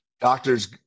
Doctors